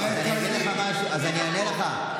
אז אני אענה לך.